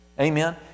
Amen